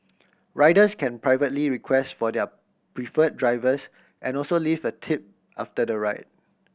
riders can privately request for their preferred drivers and also leave a tip after the ride